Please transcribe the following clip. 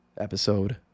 episode